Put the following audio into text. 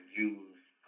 use